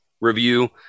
review